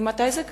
ממתי זה קיים?